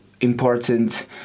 important